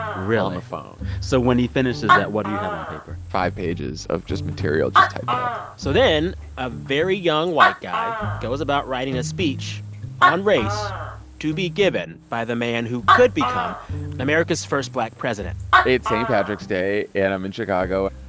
phone so when he finishes that, what do you have on paper? five pages of just material just typed out so then a very young, white guy goes about writing a speech on race to be given by the man who could become america's first black president it's st. patrick's day. and i'm in chicago.